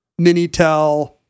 Minitel